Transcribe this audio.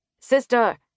Sister